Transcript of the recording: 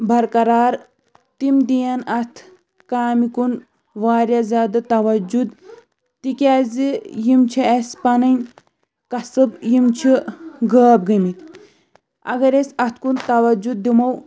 بَرقرار تِم دِیَن اَتھ کامہِ کُن واریاہ زیادٕ تَوَجوٗ تِکیٛازِ یِم چھِ اَسہِ پنٕنۍ قَصٕب یِم چھِ غٲب گٔمِتۍ اَگر أسۍ اَتھ کُن تَوَجوٗ دِمو